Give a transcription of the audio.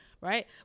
right